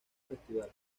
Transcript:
festival